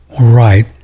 right